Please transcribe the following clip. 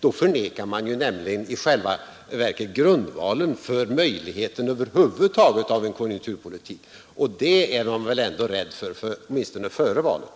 Då förnekar man ju i själva verket grundvalen för möjligheten att över huvud taget föra en konjunkturpolitik, och det är man väl ändå rädd för — åtminstone före valet.